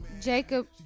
Jacob